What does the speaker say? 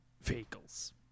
vehicles